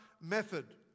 method